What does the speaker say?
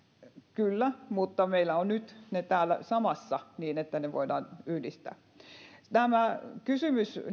kyllä mutta nyt meillä ovat ne täällä samassa niin että ne voidaan yhdistää tämä kysymys